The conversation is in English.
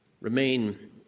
remain